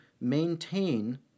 maintain